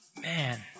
Man